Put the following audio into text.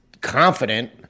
confident